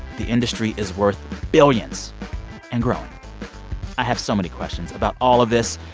the industry is worth billions and growing i have so many questions about all of this.